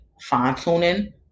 fine-tuning